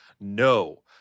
No